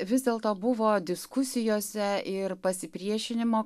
vis dėlto buvo diskusijose ir pasipriešinimo